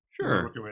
Sure